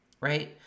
right